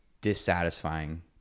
dissatisfying